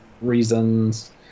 reasons